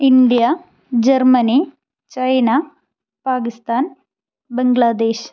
India Germany China Pakistan Bangladesh